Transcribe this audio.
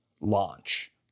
launch